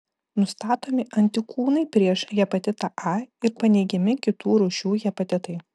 nustatomi antikūnai prieš hepatitą a ir paneigiami kitų rūšių hepatitai